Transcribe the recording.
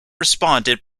responded